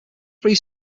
pre